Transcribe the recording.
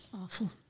Awful